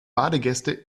badegäste